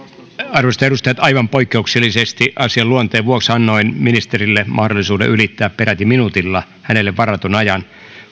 arvoisat edustajat aivan poikkeuksellisesti asian luonteen vuoksi annoin ministerille mahdollisuuden ylittää peräti minuutilla hänelle varatun ajan